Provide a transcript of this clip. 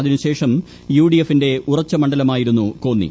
അതിനുശേഷം യുഡിഎഫിന്റെ ഉറച്ച മണ്ഡലമായിരുന്നു കോന്നി